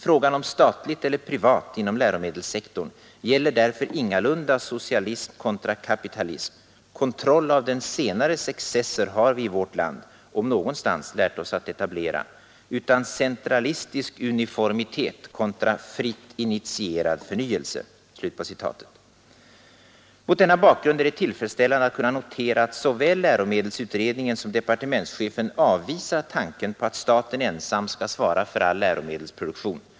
Frågan om statligt eller privat inom läromedelssektorn gäller därför ingalunda socialism kontra kapitalism — kontroll av den senares excesser har vi i vårt land, om någonstans, lärt oss etablera — utan centralistisk uniformitet kontra fritt initierad förnyelse.” Mot denna bakgrund är det tillfredsställande att kunna notera att såväl läromedelsutredningen som departementschefen avvisar tanken på att staten ensam skall svara för all läromedelsproduktion.